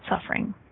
suffering